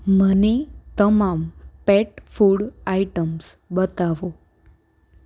મને તમામ pet food items બતાવો